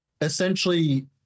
essentially